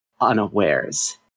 unawares